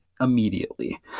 immediately